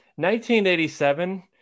1987